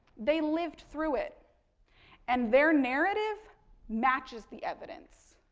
they lived through it and their narrative matches the evidence,